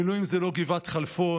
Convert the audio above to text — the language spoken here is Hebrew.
מילואים זה לא גבעת חלפון,